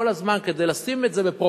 כל הזמן, כדי לשים את זה בפרופורציות,